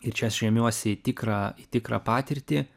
ir čia aš remiuosi į tikrą į tikrą patirtį